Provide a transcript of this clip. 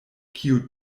kiu